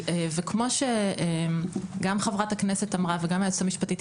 וכמו שחברת הכנסת אמרה וגם היועצת המשפטית,